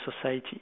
society